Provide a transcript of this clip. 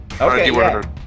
Okay